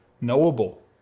knowable